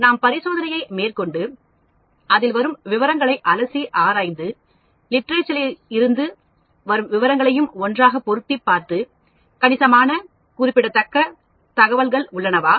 ஆகையால் நாம் பரிசோதனையை மேற்கொண்டு அதில் வரும் விவரங்களை அலசி ஆராய்ந்து Literature இருந்து வரும் விவரங்களையும் ஒன்றாக பொருத்திப் பார்த்து கணிசமான குறிப்பிடத்தக்க தகவல்கள் உள்ளனவா